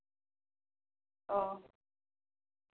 ᱚᱻ ᱦᱮᱸ